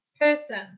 person